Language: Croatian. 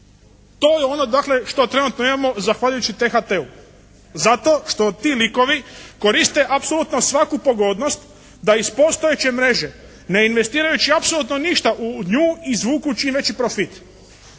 To je ono dakle što trenutno imamo zahvaljujući THT-u zašto što ti likovi koriste apsolutno svaku pogodnost da iz postojeće mreže ne investirajući apsolutno ništa u nju izvuku čineći profit.